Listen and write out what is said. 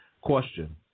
question